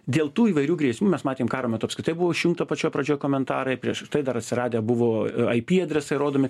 dėl tų įvairių grėsmių mes matėm karo metu apskritai buvo išjungta pačioj pradžioj komentarai prieš tai dar atsiradę buvo ai pi adresai rodomi